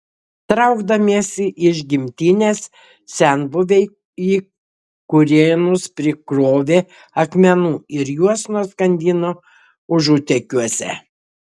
traukdamiesi iš gimtinės senbuviai į kurėnus prikrovė akmenų ir juos nuskandino užutėkiuose